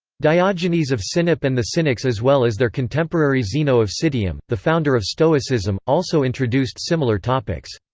diogenes of sinope and the cynics as well as their contemporary zeno of citium, the founder of stoicism, also introduced similar topics.